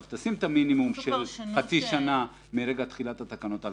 תשים את המינימום של חצי שנה מרגע תחילת התקנות,